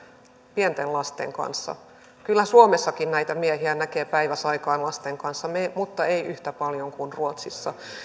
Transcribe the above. pienten lasten kanssa kyllä suomessakin näitä miehiä näkee päiväsaikaan lasten kanssa mutta ei yhtä paljon kuin ruotsissa